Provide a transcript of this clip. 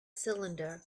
cylinder